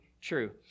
true